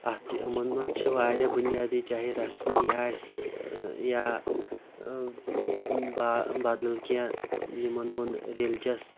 اَتھ چھُ یِمَن منٛز چھِ واریاہ بُنیٲدی چاہے رَسمی آسہِ یا با بَدَل کیٚنٛہہ یِمَن ہُنٛد ریلجَس